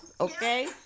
Okay